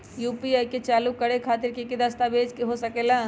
UPI के चालु करे खातीर कि की कागज़ात लग सकेला?